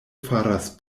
faras